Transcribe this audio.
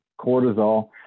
cortisol